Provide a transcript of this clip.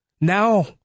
Now